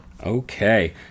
Okay